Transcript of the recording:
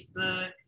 Facebook